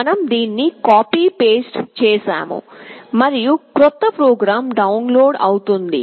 మనం దీన్ని copy paste చేస్తాము మరియు క్రొత్త ప్రోగ్రామ్ డౌన్లోడ్ అవుతోంది